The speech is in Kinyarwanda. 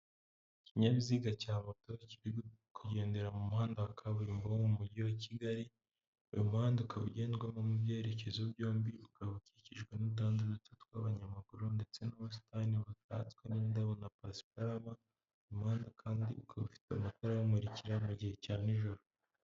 Ikinyabiziga cya moto, kiri kugendera mu muhanda wa kaburimbo mu mugi wa Kigali, uyu muhanda ukabawugendedwaho mu byerekezo byombi, ukaba ukikijwe n'uduhanda duto tw'abanyamaguru ndetse n'ubusitani butatswe n'indabo na pasiparama, umuhanda kandi ukaba ufite amatara awumurikira mu gihe cya nijoro.